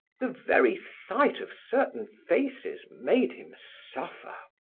the very sight of certain faces made him suffer.